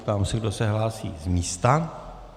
Ptám se, kdo se hlásí z místa.